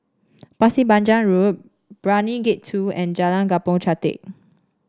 Pasir Panjang Road Brani Gate Two and Jalan Kampong Chantek